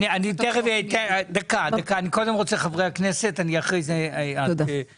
אני רוצה לאפשר לחברי הכנסת להתייחס לנושא.